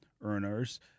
earners